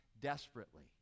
desperately